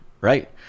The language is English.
Right